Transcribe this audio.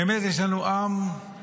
באמת יש לנו עם מדהים.